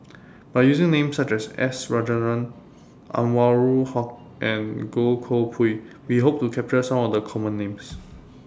By using Names such as S Rajendran Anwarul Haque and Goh Koh Pui We Hope to capture Some of The Common Names